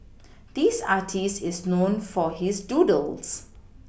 this artist is known for his doodles